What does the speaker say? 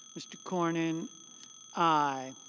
mr. cornyn i.